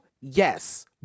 yes